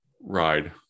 ride